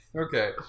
Okay